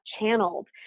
channeled